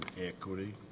equity